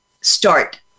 start